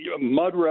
mud